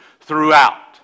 throughout